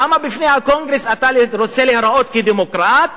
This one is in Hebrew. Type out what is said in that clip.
למה בפני הקונגרס אתה רוצה להיראות כדמוקרט,